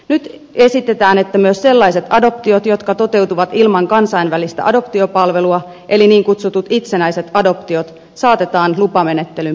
nyt esitetään että myös sellaiset adoptiot jotka toteutuvat ilman kansainvälistä adoptiopalvelua eli niin kutsutut itsenäiset adoptiot saatetaan lupamenettelyn piiriin